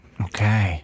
Okay